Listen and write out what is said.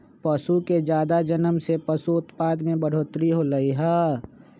पशु के जादा जनम से पशु उत्पाद में बढ़ोतरी होलई ह